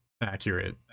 accurate